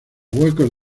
huecos